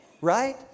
Right